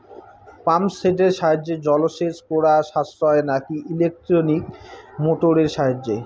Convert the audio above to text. Pump সেটের সাহায্যে জলসেচ করা সাশ্রয় নাকি ইলেকট্রনিক মোটরের সাহায্যে?